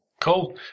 Cool